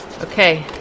Okay